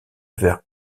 vers